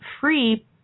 free